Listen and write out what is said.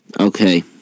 Okay